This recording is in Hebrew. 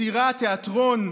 יצירה, תיאטרון.